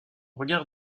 regard